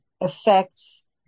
affects